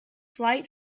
flight